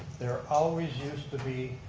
there always used to be